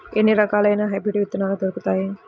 ఎన్ని రకాలయిన హైబ్రిడ్ విత్తనాలు దొరుకుతాయి?